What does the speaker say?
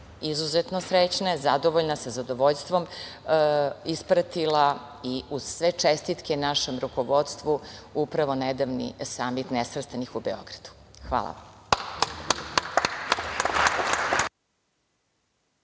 izuzetno srećna i zadovoljna, sa zadovoljstvom ispratila i uz sve čestitke našem rukovodstvu, upravo nedavni Samit Nesvrstanih u Beogradu. Hvala.